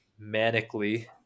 manically